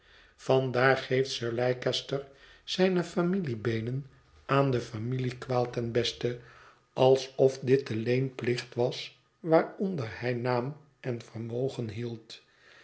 familiepodagra vandaar geeft sir leicester zijne familiebeenen aan de familiekwaal ten beste alsof dit de leenplicht was waaronder hij naam en vermogen hield